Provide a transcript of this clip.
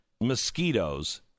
mosquitoes